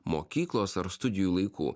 mokyklos ar studijų laikų